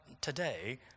today